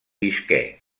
visqué